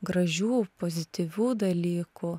gražių pozityvių dalykų